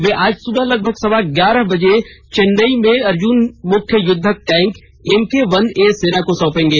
वे आज सुबह लगभग सवा ग्यारह बजे चेन्नई में अर्जुन मुख्य युद्धक टैंक एमके वन ए सेना को सौंपेंगे